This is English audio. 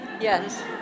yes